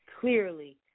clearly